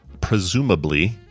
presumably